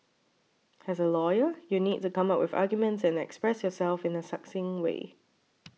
as a lawyer you'll need to come up with arguments and express yourself in a succinct way